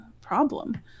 problem